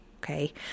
okay